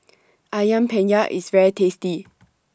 Ayam Penyet IS very tasty